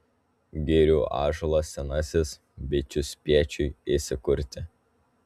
girių ąžuolas senasis bičių spiečiui įsikurti